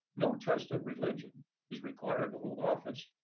no test of religion is required to hold office.